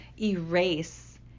erase